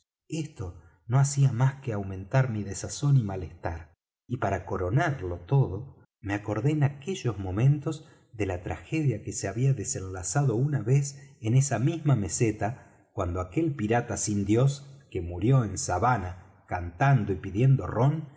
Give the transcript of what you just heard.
esto no hacía más que aumentar mi desazón y malestar y para coronarlo todo me acordé en aquellos momentos de la tragedia que se había desenlazado una vez en esa misma meseta cuando aquel pirata sin dios que murió en savannah cantando y pidiendo rom